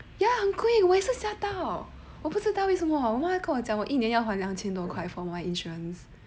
ya 很贵我也是吓到我不知道为什么我妈妈好像还跟我讲过一年要还两千多块 for my insurance